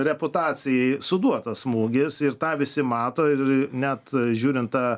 reputacijai suduotas smūgis ir tą visi mato ir net žiūrint tą